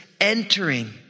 entering